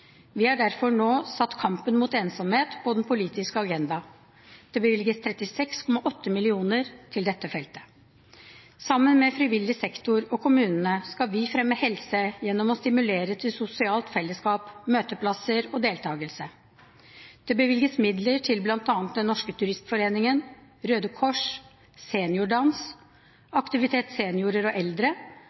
Vi har derfor nå satt kampen mot ensomhet på den politiske agenda. Det bevilges 36,8 mill. kr til dette feltet. Sammen med frivillig sektor og kommunene skal vi fremme helse gjennom å stimulere til sosialt fellesskap, møteplasser og deltakelse. Det bevilges midler til bl.a. Den Norske Turistforening, Røde Kors, Seniordans, Aktivitet seniorer og eldre